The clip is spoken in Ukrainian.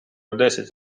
десять